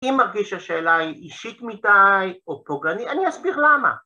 ‫אם מרגיש השאלה היא אישית מדי ‫או פוגעני, אני אסביר למה.